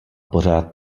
pořád